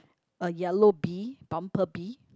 a yellow bee bumblebee